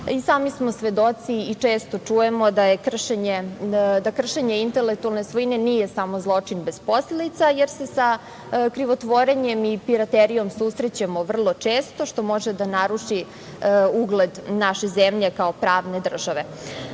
Sami smo svedoci i često čujemo da kršenje intelektualne svojine nije samo zločin bez posledica, jer se sa krivotvorenjem i piraterijom susrećemo vrlo često što može da naruši ugled naše zemlje, kao pravne